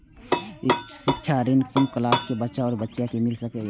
शिक्षा ऋण कुन क्लास कै बचवा या बचिया कै मिल सके यै?